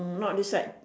hmm not this side